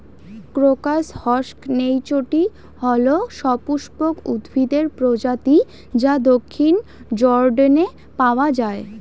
crocus হসকনেইচটি হল সপুষ্পক উদ্ভিদের প্রজাতি যা দক্ষিণ জর্ডানে পাওয়া য়ায়